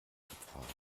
abfahren